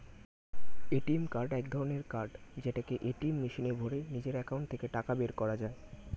ATM card এক ধরণের card যেটাকে এটিএম মেশিনে ভরে নিজের একাউন্ট থেকে টাকা বের করা যায়